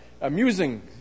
amusing